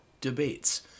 debates